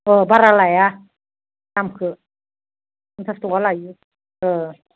अ बारा लाया दामखौ पन्सास ताका लायो